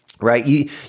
Right